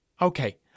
Okay